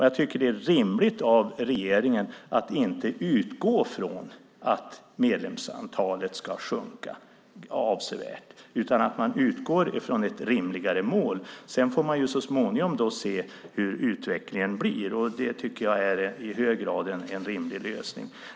Jag tycker att det är rimligt av regeringen att inte utgå från att medlemsantalet ska sjunka avsevärt utan att man utgår från ett rimligare mål. Så småningom får man se hur utvecklingen blir. Det tycker jag är en i hög grad rimlig lösning.